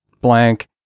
blank